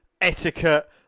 etiquette